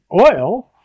oil